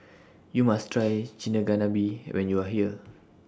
YOU must Try Chigenabe when YOU Are here